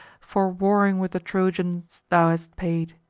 for warring with the trojans, thou hast paid!